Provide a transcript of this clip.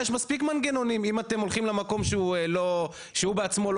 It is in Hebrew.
יש מספיק מנגנונים אם אתם הולכים למקום שהוא בעצמו לא